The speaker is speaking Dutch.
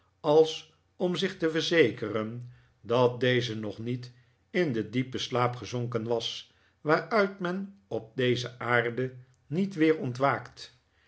als om zich te verzekeren dat deze nog niet in den diepen slaap gezonken was waaruit men op deze aarde niet weer ontwaakt